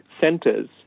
centers